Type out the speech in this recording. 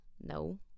no